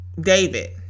David